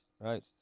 Right